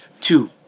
Two